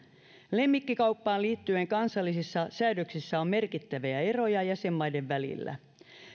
lemmikkikauppaan liittyen kansallisissa säädöksissä on merkittäviä eroja jäsenmaiden välillä